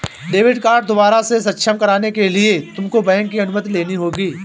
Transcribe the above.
debit card दोबारा से सक्षम कराने के लिए तुमको बैंक की अनुमति लेनी होगी